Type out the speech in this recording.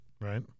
Right